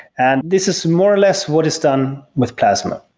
and this is more or less what is done with plasma.